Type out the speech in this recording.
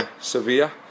Sevilla